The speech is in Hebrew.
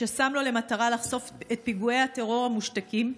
ששם לו למטרה לחשוף את פיגועי הטרור המושתקים,